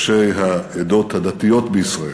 ראשי העדות הדתיות בישראל,